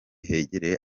hegereye